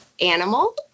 animal